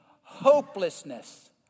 hopelessness